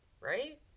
Right